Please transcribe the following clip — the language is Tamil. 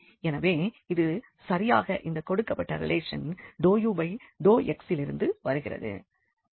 எனவே இது சரியாக இந்த கொடுக்கப்பட்ட ரிலேஷன் ∂u∂x இலிருந்து வருகிறது